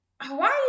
Hawaii